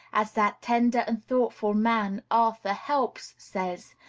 as that tender and thoughtful man, arthur helps, says,